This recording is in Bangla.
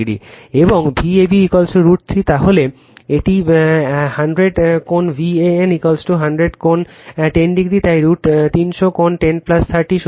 এবং Vab √ 3 তাহলে এটি 100 কোণ ভ্যান 100 কোণ 10o তাই √ 300 কোণ 10 30